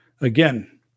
again